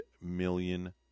million